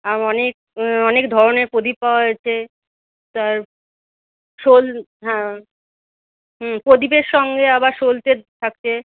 আর অনেক অনেক ধরনের প্রদীপ পাওয়া যাচ্ছে তার হ্যাঁ হুম প্রদীপের সঙ্গে আবার সলতে থাকছে